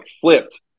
flipped